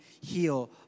heal